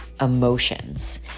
emotions